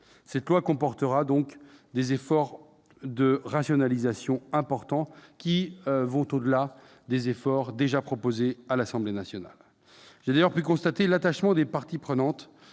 future loi comportera donc des efforts de rationalisation importants, qui iront au-delà de ceux proposés par l'Assemblée nationale. J'ai pu constater l'attachement des parties prenantes